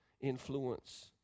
influence